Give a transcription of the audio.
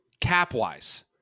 Cap-wise